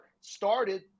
started